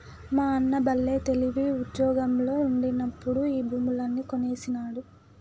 మా అన్న బల్లే తెలివి, ఉజ్జోగంలో ఉండినప్పుడే ఈ భూములన్నీ కొనేసినాడు